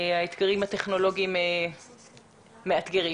האתגרים הטכנולוגיים מאתגרים.